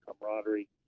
camaraderie